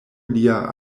lia